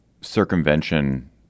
circumvention